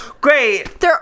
Great